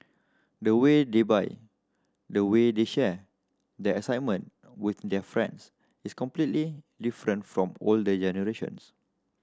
the way they buy the way they share their excitement with their friends is completely different from older generations